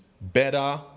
better